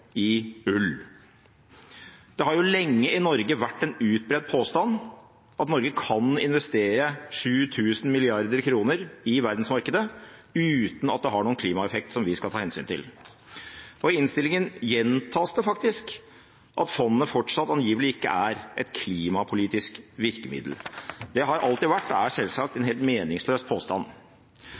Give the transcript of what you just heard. i ull. Det har i Norge lenge vært en utbredt påstand at Norge kan investere 7 000 mrd. kr i verdensmarkedet uten at det har noen klimaeffekt som vi skal ta hensyn til. I innstillingen gjentas det faktisk at fondet fortsatt angivelig ikke er et klimapolitisk virkemiddel. Det har alltid vært – og er – selvsagt en helt meningsløs påstand.